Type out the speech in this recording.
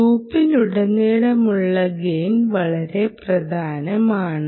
ലൂപ്പിലുടനീളമുള്ള gain വളരെ പ്രധാനമാണ്